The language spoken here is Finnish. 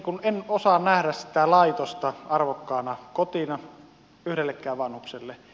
minä en osaa nähdä sitä laitosta arvokkaana kotina yhdellekään vanhukselle